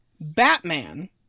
Batman